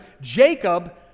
Jacob